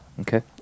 Okay